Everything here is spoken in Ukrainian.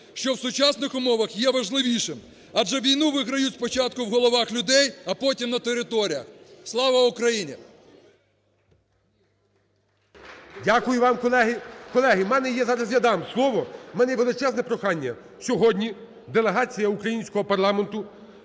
що в сучасних умовах є важливішим. Адже війну виграють спочатку у головах людей, а потім – на територіях. Слава Україні! ГОЛОВУЮЧИЙ. Дякую вам колеги. Колеги, у мене зараз є… я дам слово, у мене є величезне прохання, сьогодні делегація українського парламенту